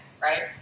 right